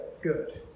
good